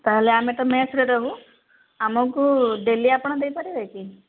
ତା'ହେଲେ ଆମେ ତ ମେସ୍ରେ ରହୁୁ ଆମକୁ ଡେଲି ଆପଣ ଦେଇପାରିବେ କି